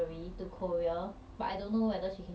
then for 现在 the new semester like